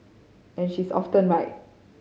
and she is often right